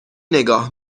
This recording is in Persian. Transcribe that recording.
نگاه